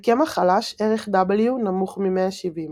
לקמח חלש ערך W נמוך מ-170,